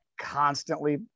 constantly